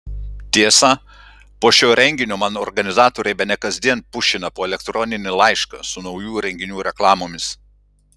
tiesa po šio renginio man organizatoriai bene kasdien pušina po elektroninį laišką su naujų renginių reklamomis